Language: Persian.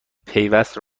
پیوست